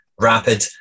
rapid